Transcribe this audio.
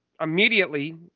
immediately